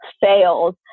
fails